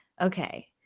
Okay